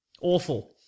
Awful